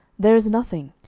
there is nothing.